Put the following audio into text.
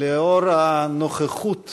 לאור הנוכחות